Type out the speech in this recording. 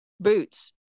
boots